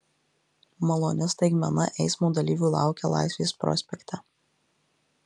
maloni staigmena eismo dalyvių laukia laisvės prospekte